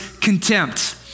contempt